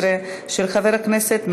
הודעה למזכירת הכנסת.